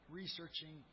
researching